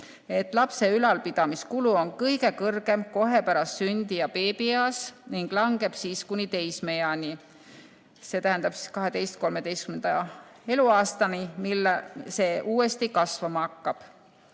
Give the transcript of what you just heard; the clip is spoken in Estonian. lapse ülalpidamise kulu on kõige suurem kohe pärast sündi ja beebieas ning langeb kuni teismeeani, see tähendab 12.–13. eluaastani, mil see uuesti kasvama hakkab.